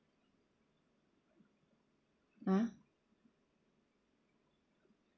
!huh!